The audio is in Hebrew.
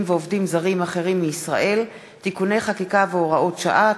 ועובדים זרים אחרים מישראל (תיקוני חקיקה והוראות שעה),